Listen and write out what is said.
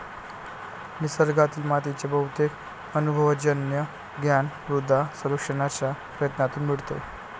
निसर्गातील मातीचे बहुतेक अनुभवजन्य ज्ञान मृदा सर्वेक्षणाच्या प्रयत्नांतून मिळते